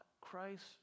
Christ